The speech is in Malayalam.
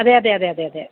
അതെ അതേ അതെ അതെ അതെ